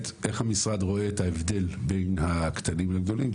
איך המשרד רואה את ההבדל בין הקטנים לגדולים,